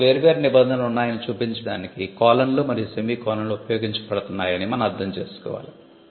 కాబట్టి వేర్వేరు నిబంధనలు ఉన్నాయని చూపించడానికి కోలన్లు మరియు సెమికోలన్లు ఉపయోగించబడుతున్నాయని మనం అర్ధం చేసుకోవాలి